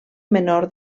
menor